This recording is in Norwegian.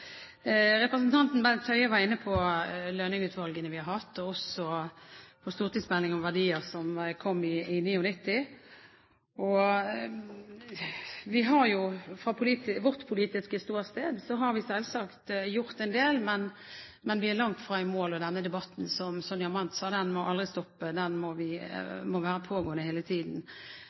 Representanten Bent Høie var inne på Lønning-utvalgene vi har hatt, og også stortingsmeldingen om verdier, som kom i 1999. Vi har fra vårt politiske ståsted selvsagt gjort en del, men vi er langt fra i mål, og, som Sonja Mandt sa, denne debatten må aldri stoppe. Den må pågå hele tiden.